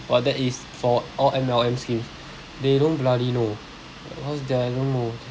!wah! that is for all M_L_M schemes they don't bloody know cause they are